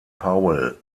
powell